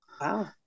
Wow